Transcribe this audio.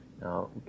Now